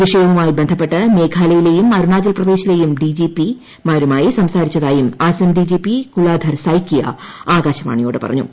വിഷയവുമായി ബന്ധപ്പെട്ട് മേഘാലയയിലേയും അരുണാചൽപ്രദേശിലേയും ഡി ജി പി മാരുമായി സംസാരിച്ചതായും Assam D G P Kuladhar Saikia ആകാശവാണിയോട് പറഞ്ഞു